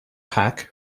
pack